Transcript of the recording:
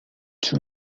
two